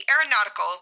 aeronautical